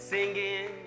Singing